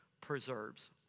preserves